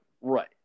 right